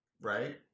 right